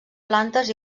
plantes